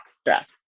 stress